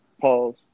pause